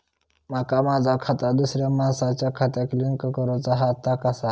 माका माझा खाता दुसऱ्या मानसाच्या खात्याक लिंक करूचा हा ता कसा?